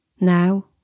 Now